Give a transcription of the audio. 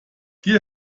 dir